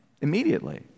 Immediately